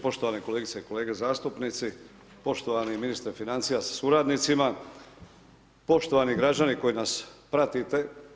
Poštovane kolegice i kolege zastupnici, poštovani ministre financija sa suradnicima, poštovani građani koji nas pratite.